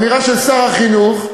אמירה של שר החינוך,